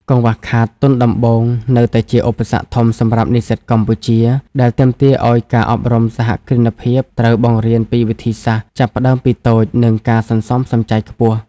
កង្វះខាត "ទុនដំបូង" នៅតែជាឧបសគ្គធំសម្រាប់និស្សិតកម្ពុជា ដែលទាមទារឱ្យការអប់រំសហគ្រិនភាពត្រូវបង្រៀនពីវិធីសាស្ត្រ "ចាប់ផ្ដើមពីតូច" និងការសន្សំសំចៃខ្ពស់។